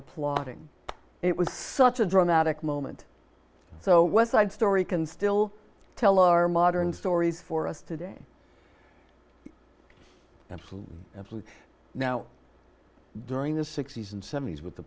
applauding it was such a dramatic moment so was side story can still tell our modern stories for us today and absolutely now during the sixty's and seventy's with the